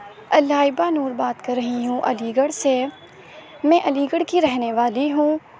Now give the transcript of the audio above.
الائبہ نور بات کر رہی ہوں علی گڑھ سے میں علی گڑھ کی رہنے والی ہوں